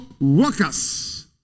workers